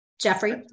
Jeffrey